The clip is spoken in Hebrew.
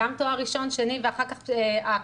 גם תואר ראשון, שני ואחר כך הקליני.